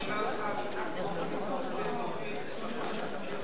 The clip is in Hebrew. אני אומר לך שאנחנו הולכים להוריד בלי תוספת.